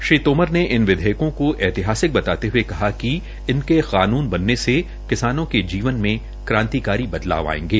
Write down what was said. श्री तोमर न इन विधेयकों को ऐतिहासिक विधेयक बताते हये कहा कि इनके कानून बनने से किसानों के जीवन में क्रांतिकारी बदलाव आयेंगे